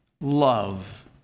love